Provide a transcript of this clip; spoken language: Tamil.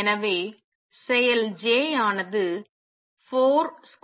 எனவே செயல் J ஆனது 42mm20A√dx